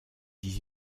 dix